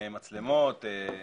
של מצלמות,